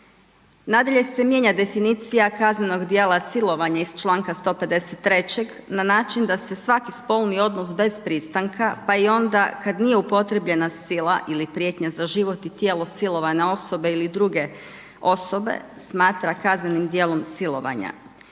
Nadalje se mijenja definicija kaznenog djela silovanja iz članka 153. na način da se svaki spolni odnos bez pristanka pa i onda kada nije upotrjebljena sila ili prijetnja za život i tijelo silovane osobe ili druge osobe smatra kaznenim djelom silovanja.